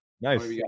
Nice